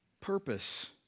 purpose